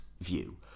view